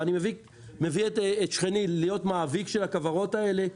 ואני מביא את שכני להיות מאביק של הכוורות האלה,